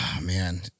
man